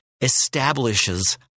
establishes